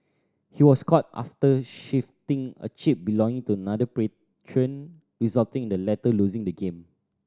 he was caught after shifting a chip belonging to another patron resulting in the latter losing the game